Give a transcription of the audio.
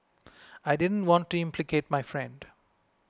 I didn't want to implicate my friend